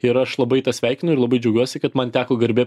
ir aš labai tą sveikinu ir labai džiaugiuosi kad man teko garbė